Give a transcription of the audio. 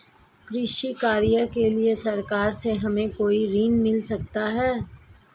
कृषि कार्य के लिए सरकार से हमें कोई ऋण मिल सकता है?